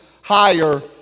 higher